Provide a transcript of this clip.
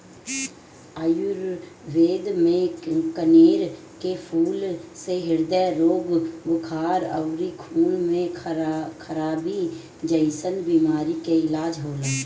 आयुर्वेद में कनेर के फूल से ह्रदय रोग, बुखार अउरी खून में खराबी जइसन बीमारी के इलाज होला